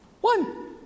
One